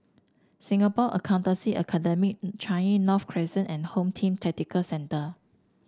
Singapore Accountancy Academy Changi North Crescent and Home Team Tactical Centre